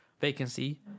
vacancy